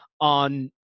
on